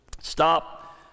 stop